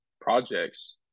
projects